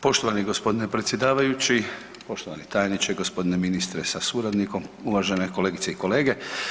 Poštovani gospodine predsjedavajući, poštovani tajniče, gospodine ministre sa suradnikom, uvažene kolegice i kolege.